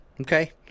Okay